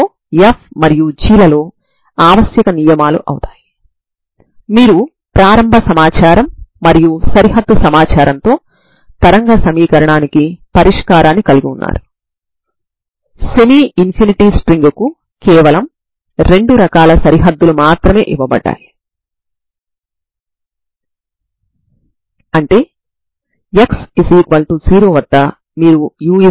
ఇక్కడ వున్న ఆలోచన ఏమిటంటే సులభంగా సరిహద్దు నియమాలను ఉపయోగించి స్టర్మ్ లియోవిల్లే సమస్యను సంగ్రహించడం మరియు ఐగెన్ విలువలను మరియు ఐగెన్ ఫంక్షన్లను పొందడం